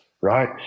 right